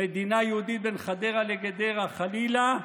מדינה יהודית בין חדרה לגדרה, חלילה,